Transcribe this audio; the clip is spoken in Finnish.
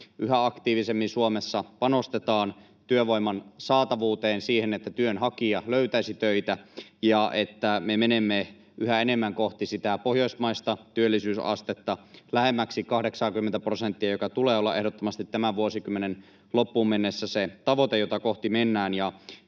yhä aktiivisemmin Suomessa panostetaan työvoiman saatavuuteen ja siihen, että työnhakija löytäisi töitä, ja että me menemme yhä enemmän kohti sitä pohjoismaista työllisyysastetta, lähemmäksi 80:tä prosenttia, jonka tulee olla ehdottomasti tämän vuosikymmenen loppuun mennessä se tavoite, jota kohti mennään.